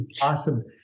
Awesome